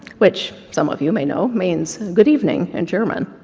which some of you may know, means good evening, in german,